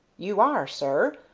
you are, sir?